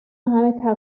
همه